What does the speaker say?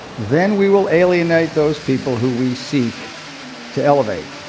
then we will alienate those people who we seek to elevate.